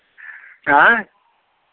आँय